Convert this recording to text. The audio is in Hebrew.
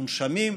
מונשמים.